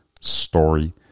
story